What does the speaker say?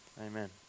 Amen